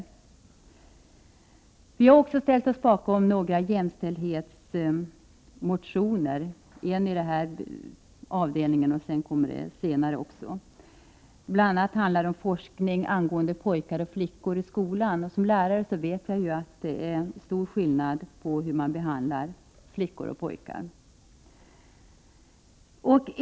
Vi har också ställt oss bakom några jämställdhetsmotioner, en under detta moment och ytterligare någon. Dessa motioner handlar bl.a. om forskning angående pojkar och flickor i skolan. Som lärare vet jag att det är stor skillnad på hur man behandlar flickor och pojkar.